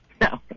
no